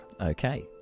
Okay